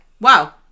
wow